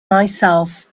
myself